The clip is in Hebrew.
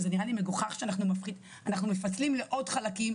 שזה נראה לי מגוחך שאנחנו מפצלים לעוד חלקים,